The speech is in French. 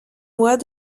mois